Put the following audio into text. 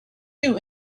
you